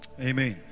Amen